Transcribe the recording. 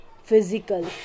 physical